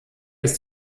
ist